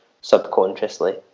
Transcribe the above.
subconsciously